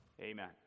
amen